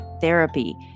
therapy